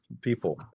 people